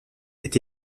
est